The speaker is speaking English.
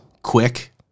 Quick